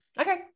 Okay